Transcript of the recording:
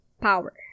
power